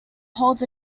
holds